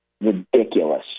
ridiculous